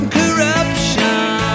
corruption